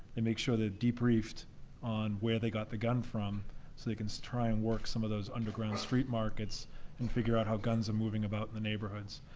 and make sure they're debriefed on where they got the gun from, so they can try and work some of those underground street markets and figure out how guns are moving about in the neighborhoods.